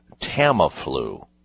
Tamiflu